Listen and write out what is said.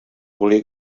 volia